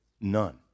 none